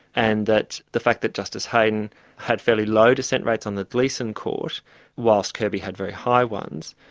and that the fact that justice heydon had fairly low dissent rates on the gleeson court whilst kirby had very high ones,